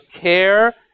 care